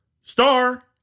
Star